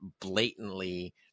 blatantly